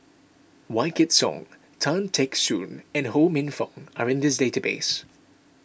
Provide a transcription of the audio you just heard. Wykidd Song Tan Teck Soon and Ho Minfong are in this database